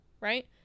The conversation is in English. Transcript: right